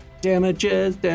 Damages